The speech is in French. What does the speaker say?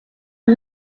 est